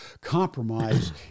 compromise